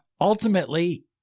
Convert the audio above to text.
ultimately